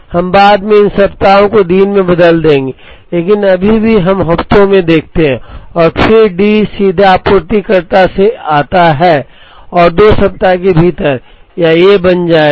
हम बाद में इन सप्ताहों को दिनों में बदल देंगे लेकिन अभी हम हफ्तों को देखते हैं और फिर D सीधे आपूर्तिकर्ता से आता है और 2 सप्ताह के भीतर यह A बन जाएगा